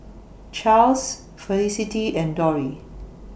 Charls Felicity and Dori